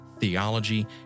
theology